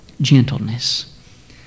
gentleness